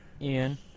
Ian